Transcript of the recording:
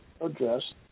address